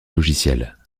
logiciel